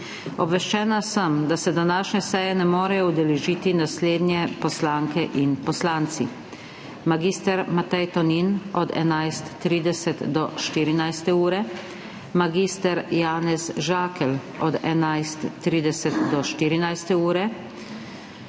Obveščena sem, da se današnje seje ne morejo udeležiti naslednje poslanke in poslanci: mag. Matej Tonin od 11.30 do 14. ure, mag. Janez Žakelj od 11.30 do 14.